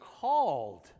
called